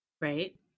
right